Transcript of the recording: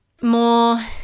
more